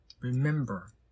Remember